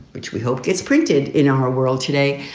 which we hope gets printed in our world today,